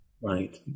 right